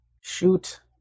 Shoot